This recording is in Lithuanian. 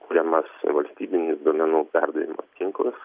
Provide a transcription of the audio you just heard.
kuriamas valstybinis duomenų perdavimo tinklas